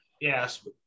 Yes